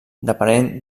depenent